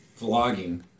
Vlogging